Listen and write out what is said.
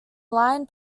line